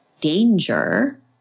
danger